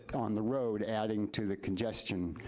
on the road, adding to the congestion.